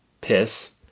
piss